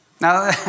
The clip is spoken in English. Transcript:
Now